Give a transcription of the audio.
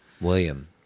William